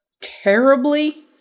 terribly